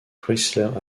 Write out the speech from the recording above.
chrysler